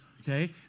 Okay